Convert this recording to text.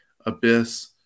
Abyss